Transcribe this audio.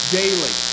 daily